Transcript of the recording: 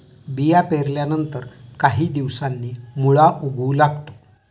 बिया पेरल्यानंतर काही दिवसांनी मुळा उगवू लागतो